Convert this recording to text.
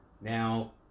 now